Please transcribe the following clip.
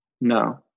No